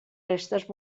restes